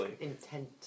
intent